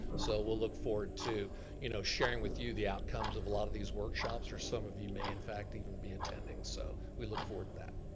so we'll look forward to you know sharing with you the outcomes of a lot of these workshops, or some of you may, in fact, even be attending. so we look forward to that.